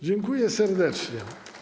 Dziękuję serdecznie.